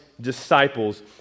disciples